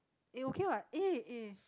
eh okay what eh if